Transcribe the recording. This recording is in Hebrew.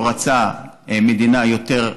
רצו מדינה יותר,